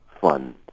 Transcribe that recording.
fun